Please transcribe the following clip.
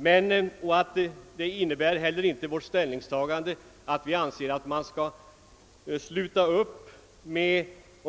Vårt ställningstagande innebär inte heller att vi anser att man bör